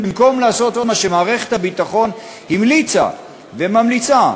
במקום לעשות מה שמערכת הביטחון המליצה וממליצה,